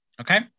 Okay